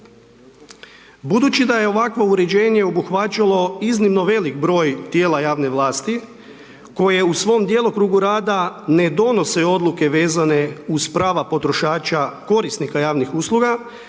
Budući da je ovakvo urešenje obuhvaćalo iznimno veliki broj tijela javne vlasti, koje u svom djelokrugu rada, ne donose odluke vezane uz prava potrošača korisnika javnih usluga,